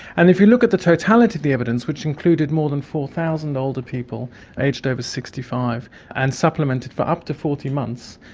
and if you look at the totality of the evidence, which included more than four thousand older people aged over sixty five and supplemented for up to forty months,